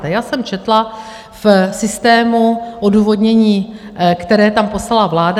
Já jsem četla v systému odůvodnění, které tam poslala vláda.